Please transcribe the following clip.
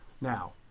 Now